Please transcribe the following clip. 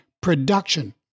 production